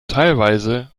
teilweise